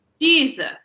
Jesus